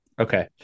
Okay